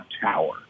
Tower